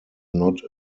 not